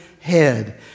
head